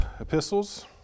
epistles